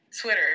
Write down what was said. Twitter